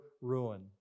ruin